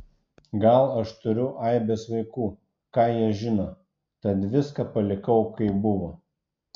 gal aš turiu aibes vaikų ką jie žino tad viską palikau kaip buvo